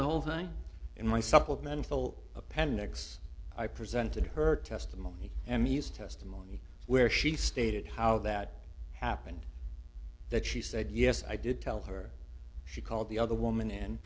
the whole thing in my supplemental appendix i presented her testimony and used testimony where she stated how that happened that she said yes i did tell her she called the other woman and